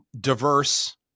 diverse